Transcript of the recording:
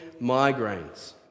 migraines